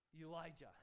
Elijah